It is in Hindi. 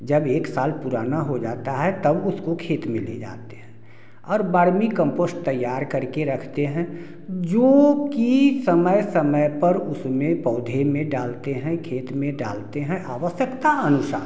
जब एक साल पुराना हो जाता है तब उसको खेत में ले जाते हैं और बर्मीकंपोस्ट तैयार करके रखते हैं जो कि समय समय पर उसमें पौधे में डालते हैं खेत में डालते हैं आवश्यकता अनुसार